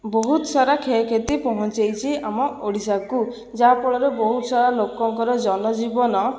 ବହୁତ ସାରା କ୍ଷୟକ୍ଷତି ପହଞ୍ଚାଇଛି ଆମ ଓଡ଼ିଶାକୁ ଯାହା ଫଳରେ ବହୁତ ସାରା ଲୋକଙ୍କର ଜନଜୀବନ